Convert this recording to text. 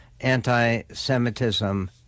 anti-Semitism